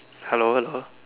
hello hello